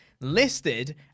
listed